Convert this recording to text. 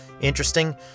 interesting